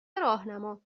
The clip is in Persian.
راهنما